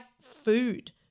food